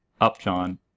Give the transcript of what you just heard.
Upjohn